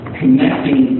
connecting